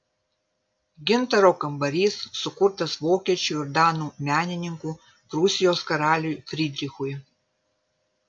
gintaro kambarys sukurtas vokiečių ir danų menininkų prūsijos karaliui frydrichui